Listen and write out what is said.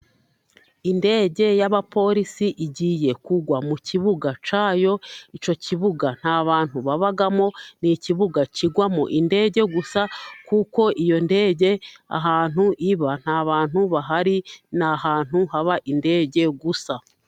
Indege y'abaporisi igiye kugwa mu kibuga cyayo, icyo kibuga ntabantu babamo, ni ikibuga kigwamo indege gusa, kuko iyo ndege ahantu iba nta bantu bahari, ni ahantu haba indege gusa.